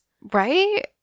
right